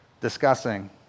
discussing